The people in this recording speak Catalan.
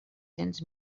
cents